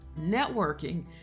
Networking